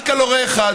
רק על הורה אחד.